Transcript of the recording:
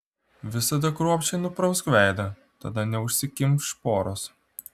visada kruopščiai nuprausk veidą tada neužsikimš poros